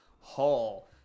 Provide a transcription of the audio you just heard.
Hall